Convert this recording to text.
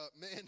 man